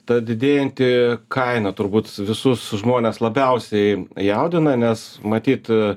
ta didėjanti kaina turbūt visus žmones labiausiai jaudina nes matyt